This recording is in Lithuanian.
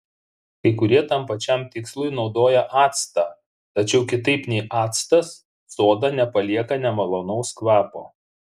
kai kurie tam pačiam tikslui naudoja actą tačiau kitaip nei actas soda nepalieka nemalonaus kvapo